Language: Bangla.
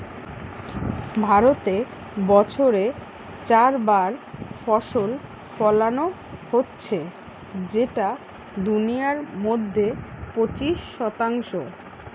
ভারতে বছরে চার বার ফসল ফোলানো হচ্ছে যেটা দুনিয়ার মধ্যে পঁচিশ শতাংশ